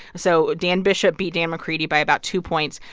so dan bishop beat dan mccready by about two points.